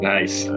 Nice